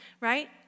right